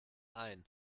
ein